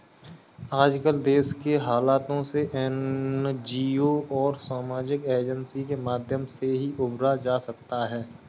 आजकल देश के हालातों से एनजीओ और सामाजिक एजेंसी के माध्यम से ही उबरा जा सकता है